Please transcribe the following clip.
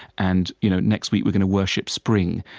and you know next week we're going to worship spring,